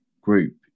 group